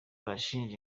arashinja